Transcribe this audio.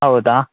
ಹೌದಾ